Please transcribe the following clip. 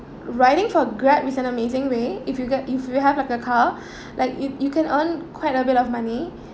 riding for Grab is an amazing way if you get if you have like a car like you you can earn quite a bit of money